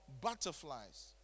butterflies